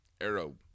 arrow